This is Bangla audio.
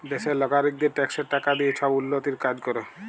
দ্যাশের লগারিকদের ট্যাক্সের টাকা দিঁয়ে ছব উল্ল্যতির কাজ ক্যরে